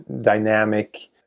dynamic